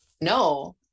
No